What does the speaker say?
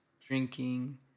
drinking